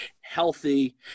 healthy